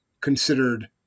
considered